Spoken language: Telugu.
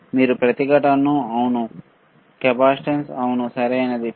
మీరు ప్రతిఘటనను అవును కెపాసిటెన్స్ అవును సరియైనదా